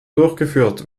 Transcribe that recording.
durchgeführt